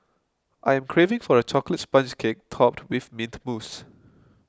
I am craving for a Chocolate Sponge Cake Topped with Mint Mousse